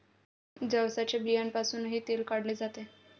जवसाच्या बियांपासूनही तेल काढले जाते